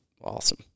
awesome